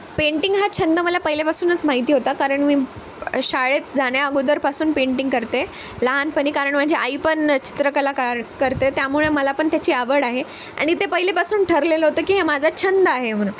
painting हा छंद मला पहिल्यापासूनच माहिती होता कारण मी शाळेत जाण्या अगोदरपासून पेंटिंग करते लहानपणी कारण माझी आई पण चित्रकला कार करते त्यामुळे मला पण त्याची आवड आहे आणि ते पहिल्यापासून ठरलेलं होतं की हे माझा छंद आहे म्हणून